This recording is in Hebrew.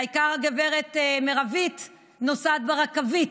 והעיקר, גברת מרבית נוסעת ברכבית,